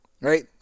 right